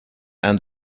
and